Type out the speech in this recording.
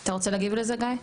אתה רוצה להגיב לזה, גיא?